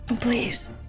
please